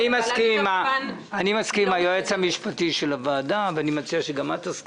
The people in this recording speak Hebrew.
אני מסכים עם היועץ המשפטי של הוועדה ומציע שגם את תסכימי.